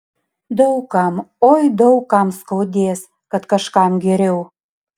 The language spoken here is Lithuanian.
daug kam oi daug kam skaudės kad kažkam geriau